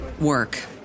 work